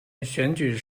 选举